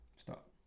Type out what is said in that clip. stop